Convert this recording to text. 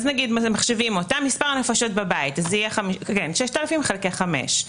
אז מחשיבים גם אותה 6,000 חלקי חמש.